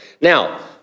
Now